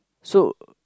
so